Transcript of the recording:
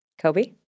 kobe